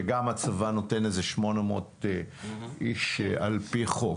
כשהצבא נותן 800 איש על פי חוק.